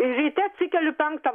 ryte atsikeliu penktą